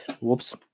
Whoops